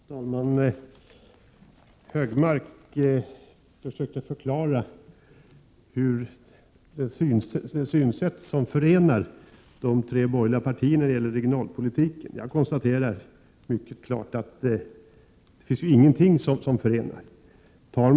Herr talman! Anders Högmark försökte förklara det synsätt som förenar 26 maj 1988 de tre borgerliga partierna när det gäller regionalpolitiken. Jag konstaterar mycket klart att det finns ingenting som förenar.